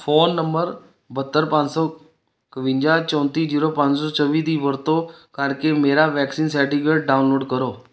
phone number ਬਹੱਤਰ ਪੰਜ ਸੌ ਇਕਵੰਜਾ ਚੌਂਤੀ ਜੀਰੋ ਪੰਜ ਸੌ ਚੌਵੀ ਦੀ ਵਰਤੋਂ ਕਰਕੇ ਮੇਰਾ ਵੈਕਸੀਨ ਸਰਟੀਫਿਕੇਟ ਡਾਊਨਲੋਡ ਕਰੋ